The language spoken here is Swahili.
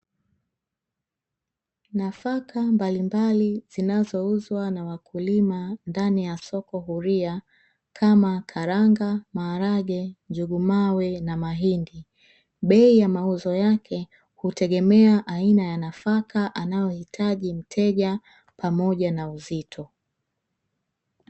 Nafaka mbalimbali zinazouzwa na wakulima ndani ya soko huria kama: karanga, maharage, njugu mawe na mahindi. Bei ya mauzo yake hutegemea aina ya nafaka anayohitaji mteja pamoja na uzito.